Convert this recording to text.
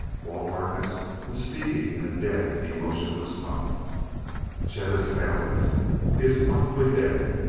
walt harkness was speaking in a dead, emotionless tone chet has failed us he is probably dead.